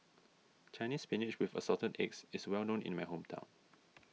Chinese Spinach with Assorted Eggs is well known in my hometown